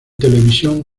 televisión